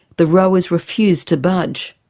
the rowers refused to budge.